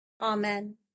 Amen